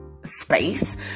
space